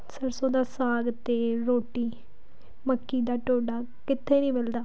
ਸਰਸੋਂ ਦਾ ਸਾਗ ਅਤੇ ਰੋਟੀ ਮੱਕੀ ਦਾ ਟੋਡਾ ਕਿੱਥੇ ਨਹੀਂ ਮਿਲਦਾ